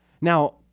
Now